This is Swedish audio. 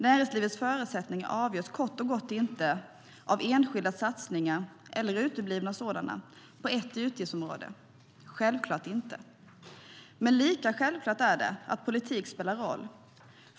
Näringslivets förutsättningar avgörs kort och gott inte av enskilda satsningar på ett utgiftsområde eller uteblivna satsningar, självklart inte. Lika självklart är det att politik spelar roll.